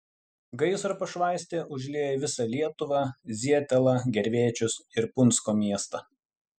gaisro pašvaistė užlieja visą lietuvą zietelą gervėčius ir punsko miestą